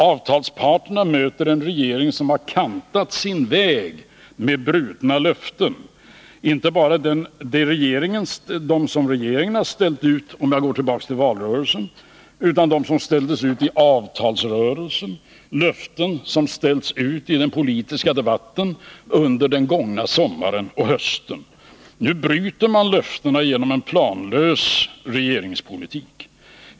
Avtalsparterna möter en regering som har kantat sin väg med brutna löften, inte bara dem som regeringen ställt ut i valrörelserna utan också dem som ställts ut i avtalsrörelsen, löften som ställts ut i den politiska debatten under den gångna sommaren och hösten. Nu bryter man löftena genom en planlös regeringspolitik.